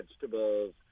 vegetables